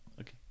Okay